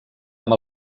amb